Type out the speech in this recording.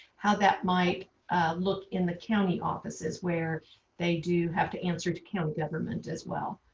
how that might look in the county offices where they do have to answer to county government as well.